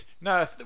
No